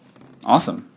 Awesome